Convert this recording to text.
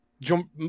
jump